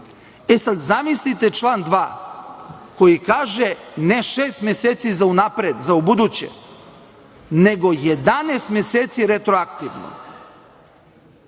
i sada zamislite član 2. koji kaže ne 6 meseci za unapred, za ubuduće, nego 11 meseci retroaktivno.